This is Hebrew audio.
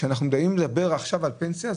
כשאנחנו באים לדבר עכשיו על פנסיה,